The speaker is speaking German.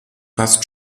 fast